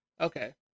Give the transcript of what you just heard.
Okay